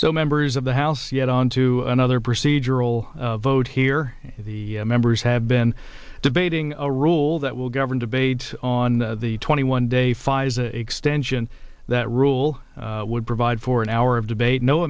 so members of the house yet on to another procedural vote here the members have been debating a rule that will govern debate on the twenty one day five extension that rule would provide for an hour of debate no